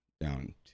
down